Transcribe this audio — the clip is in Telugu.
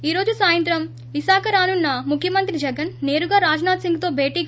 ఈ రోజు సాయంత్రం విశాఖ రానున్న ముఖ్యమంత్రి జగన్ సేరుగా రాజ్నాథ్సింగ్తో భేటీ కానున్నారు